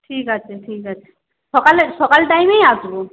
ঠিক আছে ঠিক আছে সকালে সকাল টাইমেই আসবো